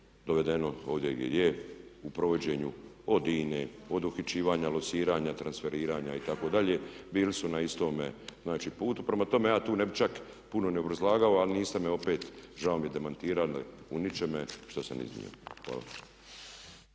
dovedeno ovdje gdje je u provođenju od …/Govornik se na razumije./…, od uhićivanja, lociranja, transferiranja itd., bili su na istome znači putu. Prema tome ja tu ne bih čak puno ni obrazlagao ali niste me opet, žao mi je demantirali u ničemu što sam iznio. Hvala.